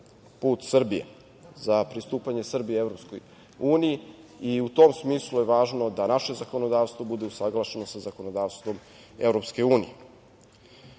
put Srbije, za pristupanje Srbije EU i u tom smislu je važno da naše zakonodavstvo bude usaglašeno sa zakonodavstvom